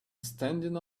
standing